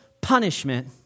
punishment